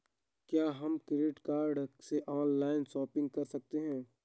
क्या हम credit card से ऑनलाइन शॉपिंग कर सकते हैं?